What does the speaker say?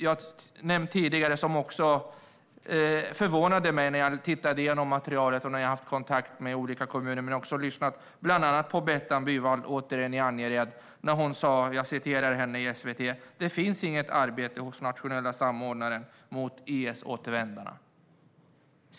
Jag är förvånad efter att ha tittat igenom materialet, haft kontakt med kommuner och lyssnat på vad Bettan Byvald i Angered sa i SVT om att det inte finns något arbete mot IS-återvändarna hos den nationella samordnaren.